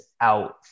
out